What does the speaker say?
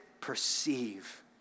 perceive